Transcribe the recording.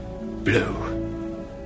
blue